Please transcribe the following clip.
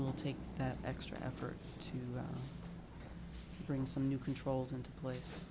will take that extra effort to bring some new controls into place